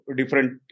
different